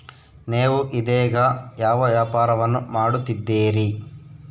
ನೇವು ಇದೇಗ ಯಾವ ವ್ಯಾಪಾರವನ್ನು ಮಾಡುತ್ತಿದ್ದೇರಿ?